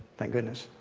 thank goodness.